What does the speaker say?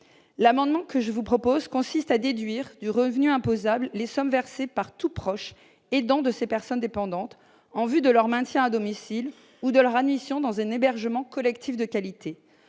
amendement tend à déduire du revenu imposable les sommes versées par tout proche aidant de ces personnes dépendantes, en vue de leur maintien à domicile ou de leur admission dans un hébergement collectif de qualité.